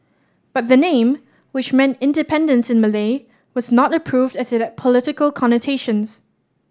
but the name which meant independence in Malay was not approved as it had political connotations